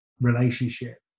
relationship